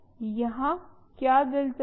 यहाँ क्या दिलचस्प है